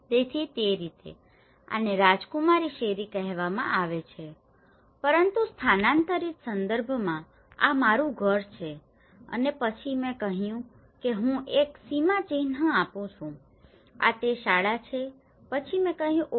તેથી તે રીતે આને રાજકુમારી શેરી કહેવામાં આવે છે પરંતુ સ્થાનાંતરિત સંદર્ભમાં આ મારું ઘર છે અને પછી મેં કહ્યું કે હું એક સીમાચિહ્ન આપું છું આ તે શાળા છે પછી મેં કહ્યું ઓહ